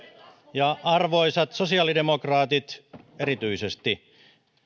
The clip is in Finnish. arvoisat sosiaalidemokraatit erityisesti